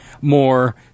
more